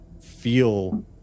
feel